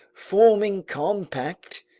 forming compact,